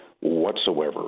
whatsoever